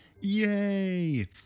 Yay